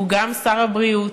הוא גם שר הבריאות,